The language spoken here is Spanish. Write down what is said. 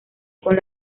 con